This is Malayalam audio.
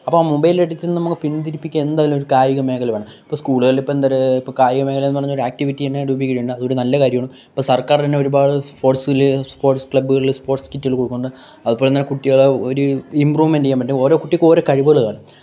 അപ്പോൾ ആ മൊബൈല് അഡിക്ടില് നിന്നും പിന്തിരിപ്പിക്കാന് എന്തായാലും ഒരു കായിക മേഖല വേണം ഇപ്പോൾ സ്കൂളുകളില് ഇപ്പോൾ എന്തൊരു ഇപ്പോൾ കായിക മേഖലയെന്ന് പറഞ്ഞൊരു ആക്ടിവിറ്റി തന്നെ രൂപീകരിക്കുന്നുണ്ട് അതൊരു നല്ല കാര്യമാണ് ഇപ്പോൾ സര്ക്കാര് തന്നെ ഒരുപാട് സ്പോര്ട്സിൽ സ്പോര്ട്സ് ക്ലബുകളിൽ സ്പോര്ട്സ് കിറ്റുകള് കൊടുക്കുന്നുണ്ട് അതുപോലെന്നെ കുട്ടികളെ ഒരു ഇപ്രൂവ്മെൻ്റ് ചെയ്യാന് വേണ്ടി ഓരോ കുട്ടിക്കും ഓരോ കഴിവുകൾ കാണും